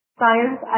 science